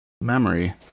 memory